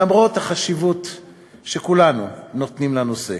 למרות החשיבות שכולנו נותנים לנושא.